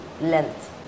length